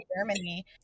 Germany